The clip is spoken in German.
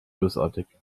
bösartig